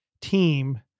team